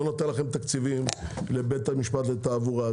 לא נותן לכם תקציבים לבית משפט לתעבורה.